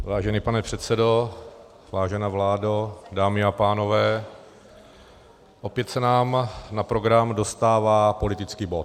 Vážený pane předsedo, vážená vládo, dámy a pánové, opět se nám na program dostává politický bod.